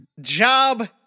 job